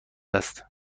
است